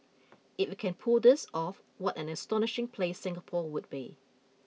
if it can pull this off what an astonishing place Singapore would be